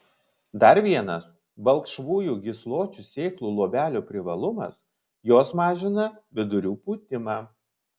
dar vienas balkšvųjų gysločių sėklų luobelių privalumas jos mažina vidurių pūtimą